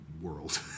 world